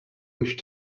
wish